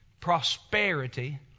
prosperity